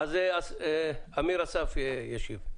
אמיר אסרף ישיב.